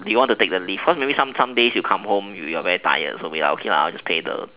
do you want to take the lift cause maybe some days when you come home you're very tired so you're like okay maybe I'll just pay the